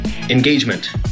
engagement